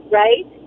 right